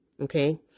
okay